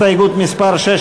בעדה?